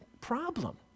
problem